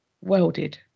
welded